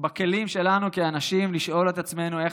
בכלים שלנו כאנשים לשאול את עצמנו איך